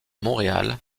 montréal